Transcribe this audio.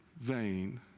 vain